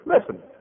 Listen